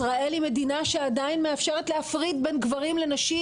ישראל היא מדינה שעדיין מאפשרת להפריד בין גברים לנשים,